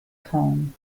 home